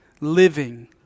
living